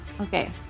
okay